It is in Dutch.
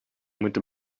moeten